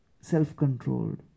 Self-controlled